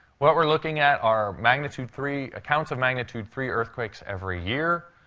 what we're looking at are magnitude three a count of magnitude three earthquakes every year.